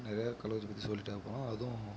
நிறையா கள்ளக்குறிச்சி பற்றி சொல்லிகிட்டே போகலாம் அதுவும்